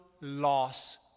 loss